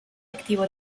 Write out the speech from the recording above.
activo